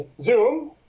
zoom